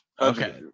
okay